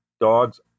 dogs